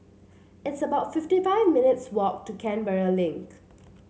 it's about fifty five minutes' walk to Canberra Link